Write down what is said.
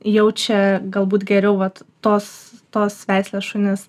jaučia galbūt geriau vat tos tos veislės šunis